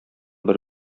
бер